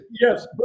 Yes